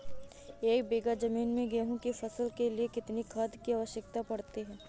एक बीघा ज़मीन में गेहूँ की फसल के लिए कितनी खाद की आवश्यकता पड़ती है?